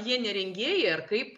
jie ne rengėjai ar kaip